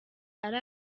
ari